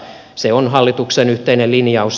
se on hallituksen yhteinen linjaus